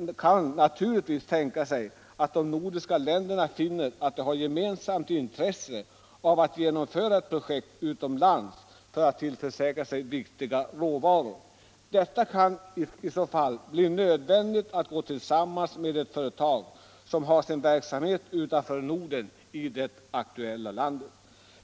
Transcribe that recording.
man kan naturligtvis tänka sig att de nordiska länderna finner att de har ett gemensamt intresse av att genomföra ett projekt utomlands för att tillförsäkra sig viktiga råvaror. Det kan i så fall bli nödvändigt att gå tillsammans med ett företag. som har sin verksamhet utanför Norden, i det aktuella landet.